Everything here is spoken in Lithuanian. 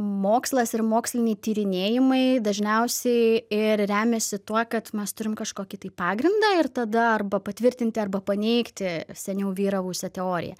mokslas ir moksliniai tyrinėjimai dažniausiai ir remiasi tuo kad mes turim kažkokį tai pagrindą ir tada arba patvirtinti arba paneigti seniau vyravusią teoriją